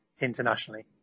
internationally